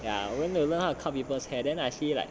ya I only remember like how to cut people's hair then I see like